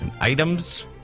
items